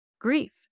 grief